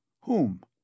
Whom